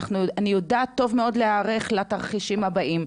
ואני יודעת טוב מאוד להיערך לתרחישים הבאים.